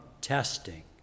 testing